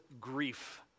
grief